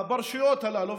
ברשויות הללו,